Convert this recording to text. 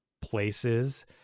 places